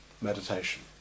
meditation